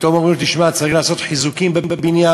ופתאום אומרים: צריך לעשות חיזוקים בבניין